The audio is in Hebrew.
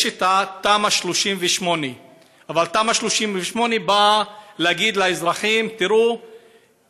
יש תמ"א 38. תמ"א 38 באה להגיד לאזרחים: אנחנו